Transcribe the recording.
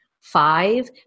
five